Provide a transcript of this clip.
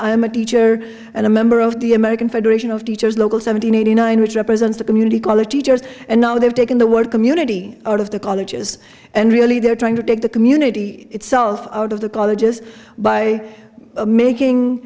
am a teacher and a member of the american federation of teachers local seven hundred eighty nine which represents the community college teachers and now they've taken the word community out of the colleges and really they're trying to take the community itself out of the colleges by making